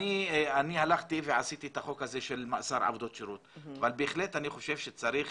אני הלכתי ועשיתי את החוק הזה של עבודות שירות אבל בהחלט אני חושב שצריך